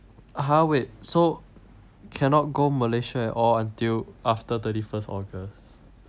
(uh huh) wait so cannot go Malaysia at all until after thirty first august